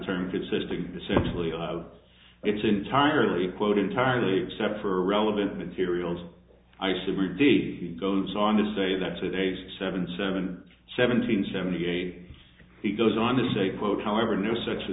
term consisting essentially of it's entirely quote entirely except for relevant materials isomer d goes on to say that's a seven seven seventeen seventy eight he goes on to say quote however no such a